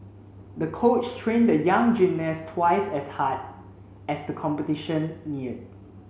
the coach trained the young gymnast twice as hard as the competition neared